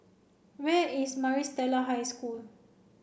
where is Maris Stella High School